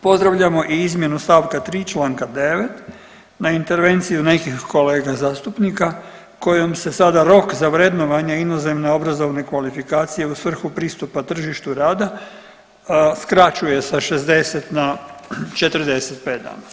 Pozdravljamo i izmjenu stavka 3. članka 9. na intervenciju nekih kolega zastupnika kojom se sada rok za vrednovanje inozemne obrazovne kvalifikacije u svrhu pristupa tržištu rada skraćuje sa 60 na 45 dana.